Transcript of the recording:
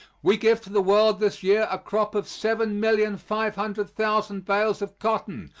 we give to the world this year a crop of seven million five hundred thousand bales of cotton,